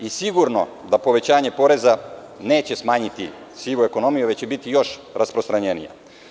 Sigurno da povećanje poreza neće smanjiti sivu ekonomiju, već će biti još rasprostranjenija.